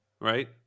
right